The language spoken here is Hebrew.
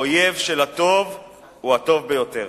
האויב של הטוב הוא הטוב ביותר.